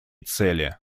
цели